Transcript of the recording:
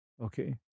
Okay